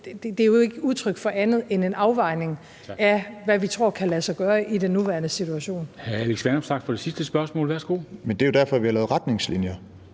det er jo ikke udtryk for andet end en afvejning af, hvad vi tror kan lade sig gøre i den nuværende situation.